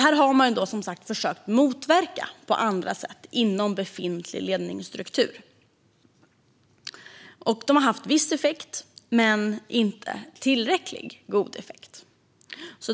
Man har som sagt försökt att motverka detta på andra sätt inom befintlig ledningsstruktur. Det har haft viss effekt, men inte tillräckligt god.